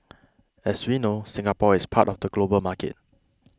as we know Singapore is part of the global market